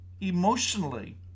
emotionally